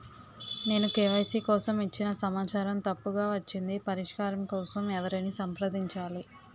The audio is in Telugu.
నేను కే.వై.సీ కోసం ఇచ్చిన సమాచారం తప్పుగా వచ్చింది పరిష్కారం కోసం ఎవరిని సంప్రదించాలి?